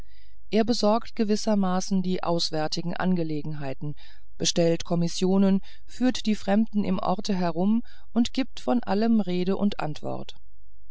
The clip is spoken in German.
er besorgt gewissermaßen die auswärtigen angelegenheiten bestellt kommissionen führt die fremden im orte herum und gibt von allem rede und antwort